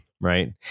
right